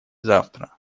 завтра